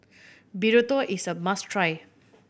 burrito is a must try